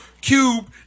Cube